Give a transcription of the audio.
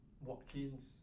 Watkins